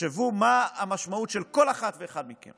תחשבו מה המשמעות של כל אחת ואחד מכם